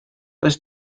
does